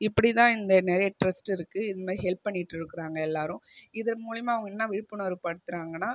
இப்படி தான் இந்த நிறைய ட்ரஸ்ட் இருக்குது இந்தமாதிரி ஹெல்ப் பண்ணிகிட்டு இருக்கிறாங்க எல்லாரும் இதன் மூலியமா அவங்க என்ன விழிப்புணர்வு படுத்துறாங்கன்னா